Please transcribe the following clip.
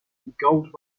gold